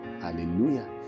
Hallelujah